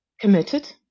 committed